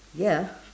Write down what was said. ya